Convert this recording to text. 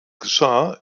geschah